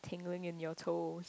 tingling in your toes